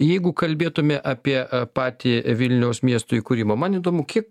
jeigu kalbėtume apie patį vilniaus miesto įkūrimą man įdomu kiek